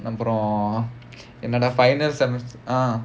அப்புறம் என்னோட:appuram ennoda final semses~ ah